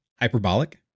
hyperbolic